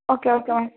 okay okay